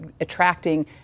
attracting